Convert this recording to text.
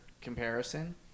comparison